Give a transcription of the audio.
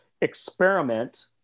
Experiment